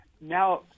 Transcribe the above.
now –